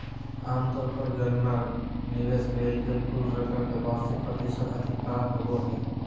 आमतौर पर गणना निवेश कइल गेल कुल रकम के वार्षिक प्रतिशत आधारित होबो हइ